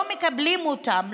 לא מקבלים אותם,